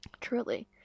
Truly